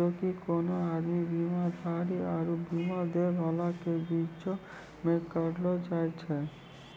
जे कि कोनो आदमी, बीमाधारी आरु बीमा दै बाला के बीचो मे करलो जाय छै